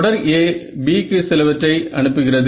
தொடர் A Bக்கு சிலவற்றை அனுப்புகிறது